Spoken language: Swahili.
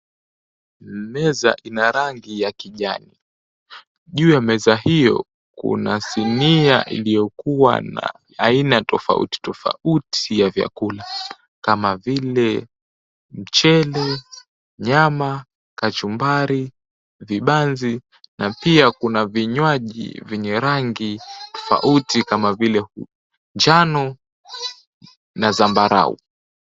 Meza ina rangi ya kijani. Juu ya meza hiyo kuna sinia iliyokuwa na aina tofauti tofauti ya vyakula kama vile mchele, nyama, kachumbari, vibanzi na pia kuna vinywaji vyenye rangi tofauti kama vile njano na zambarau.